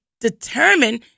determine